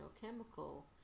chemical